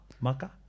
Maka